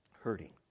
hurting